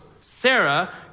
Sarah